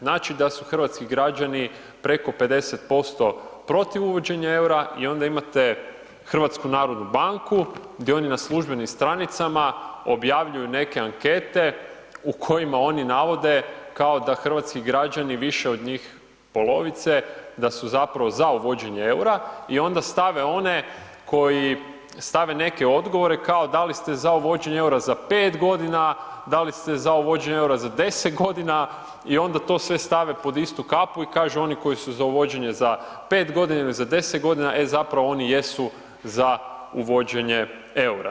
Znači da su hrvatski građani preko 50% protiv uvođenja eura i onda imate HNB gdje oni na službenim stranicama objavljuju neke ankete u kojima oni navode kao da hrvatski građani, više od njih polovice da su zapravo za uvođenje eura i onda stave one koji stave neke odgovore kao da li ste za uvođenje eura za 5 g., da li ste za uvođenje eura za 10 g. i onda to sve stave pod istu kapu i kažu oni koji su za uvođenje za 5 g. ili za 10 g., e zapravo oni jesu za uvođenje eura.